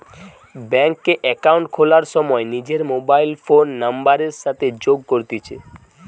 bank এ account খোলার সময় নিজর মোবাইল ফোন নাম্বারের সাথে যোগ করতিছে